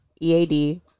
EAD